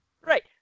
Right